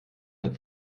hat